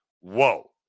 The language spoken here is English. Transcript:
Whoa